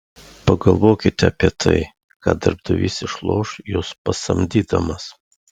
pagalvokite apie tai ką darbdavys išloš jus pasamdydamas